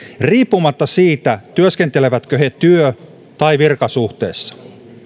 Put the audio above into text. riippumatta siitä työskentelevätkö he työ tai virkasuhteessa